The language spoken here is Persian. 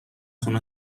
تون